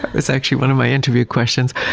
was actually one of my interview questions!